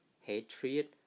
hatred